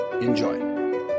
Enjoy